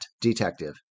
detective